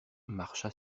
marcha